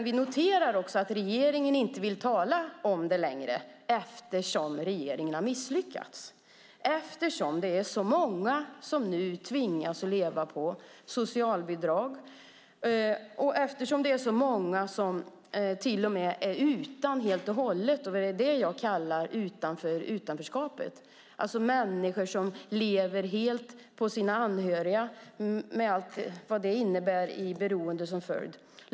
Vi noterar att regeringen inte vill tala om det längre eftersom regeringen har misslyckats. Det är så många som nu tvingas leva på socialbidrag, och det är så många som till och med är utan helt och hållet - det är det jag kallar för att vara utanför utanförskapet. Det är människor som lever helt på sina anhöriga med allt vad det innebär av beroende.